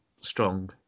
Strong